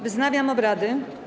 Wznawiam obrady.